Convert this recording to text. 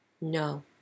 No